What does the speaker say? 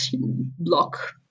block